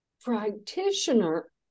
practitioner